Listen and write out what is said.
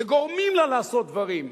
וגורמים לה לעשות דברים.